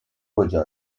کجا